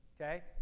okay